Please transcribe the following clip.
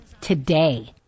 today